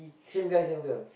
same guy same girl